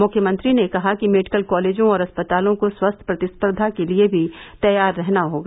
मुख्यमंत्री ने कहा कि मेडिकल कॉलेजों और अस्पतालों को स्वस्थ प्रतिस्पर्धा के लिए भी तैयार रहना होगा